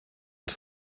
het